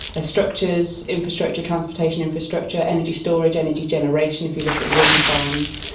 as structures, infrastructure, transportation infrastructure, energy storage, energy generation, if you look at wind farms.